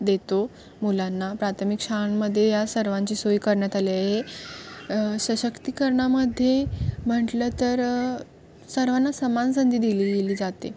देतो मुलांना प्राथमिक शाळांमध्ये या सर्वांची सोय करण्यात आली आहे सशक्तिकरणामध्ये म्हटलं तर सर्वांना समान संधी दिली गेली जाते